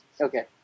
Okay